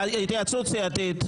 התייעצות סיעתית.